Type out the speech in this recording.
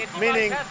meaning